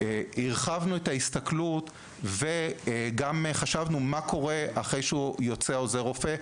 הרחבנו את ההסתכלות וחשבנו מה קורה אחרי שיוצא עוזר הרופא,